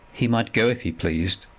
he might go if he pleased,